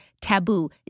taboo